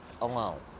alone